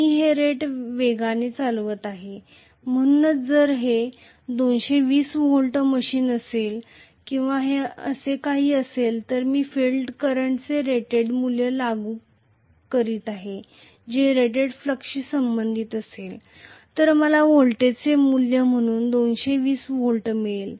मी हे रेट वेगाने चालवित आहे म्हणूनच जर हे 220 व्होल्ट मशीन असेल किंवा असे काही असेल तर मी फील्ड करंटचे रेटेड मूल्य लागू करीत आहे जे रेटेड फ्लक्सशी संबंधित असेल तर मला व्होल्टेजचे मूल्य म्हणून 220 व्होल्ट मिळेल